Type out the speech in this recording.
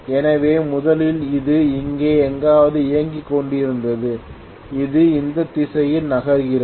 எனவே முதலில் இது இங்கே எங்காவது இயங்கிக் கொண்டிருந்தது அது இந்த திசையில் நகர்கிறது